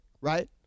right